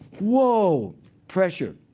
whoa pressure.